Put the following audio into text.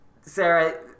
Sarah